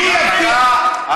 זה לא טביעת אצבע,